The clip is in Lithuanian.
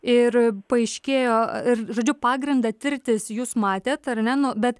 ir paaiškėjo ir žodžiu pagrindą tirtis jūs matėt ar ne nu bet